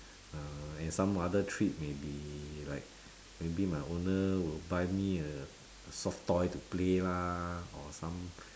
uh and some other treat may be like maybe my owner will buy me a soft toy to play lah or some